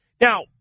Now